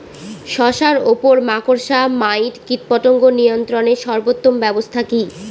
শশার উপর মাকড়সা মাইট কীটপতঙ্গ নিয়ন্ত্রণের সর্বোত্তম ব্যবস্থা কি?